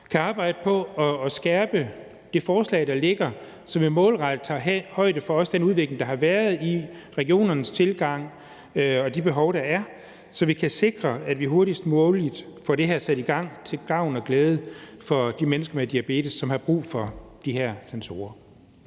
kan arbejde på at skærpe det forslag, der ligger, så vi målrettet også tager højde for den udvikling, der har været i regionernes tilgang og i de behov, der er, så vi kan sikre, at vi hurtigst muligt får det her sat i gang til gavn og glæde for de mennesker med diabetes, som har brug for de her sensorer.